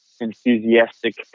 enthusiastic